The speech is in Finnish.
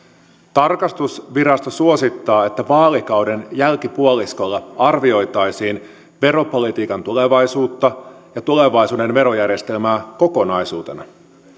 tarkastusvirasto suosittaa että vaalikauden jälkipuoliskolla arvioitaisiin veropolitiikan tulevaisuutta ja tulevaisuuden verojärjestelmää kokonaisuutena